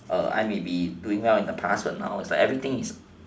I may be doing well in the past but everything is